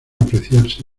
apreciarse